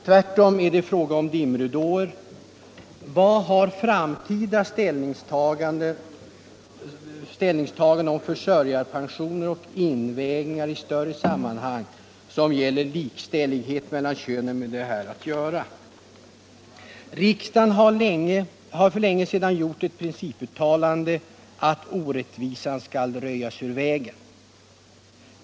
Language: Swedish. Tvärtom är det fråga om dimridåer. Vad har framtida ställningstaganden om försörjarpensioner och invägningar i större sammanhang som gäller likställighet mellan könen med det här att göra? Riksdagen har för länge sedan gjort ett principuttalande att orättvisan skall röjas ur vägen.